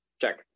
Check